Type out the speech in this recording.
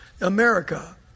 America